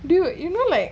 do it you know like